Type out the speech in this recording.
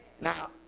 Now